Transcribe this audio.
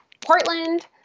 Portland